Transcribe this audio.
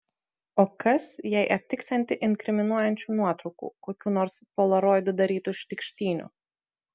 o kas jei aptiksianti inkriminuojančių nuotraukų kokių nors polaroidu darytų šlykštynių